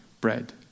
bread